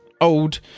old